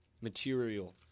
material